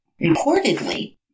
reportedly